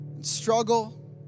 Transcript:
struggle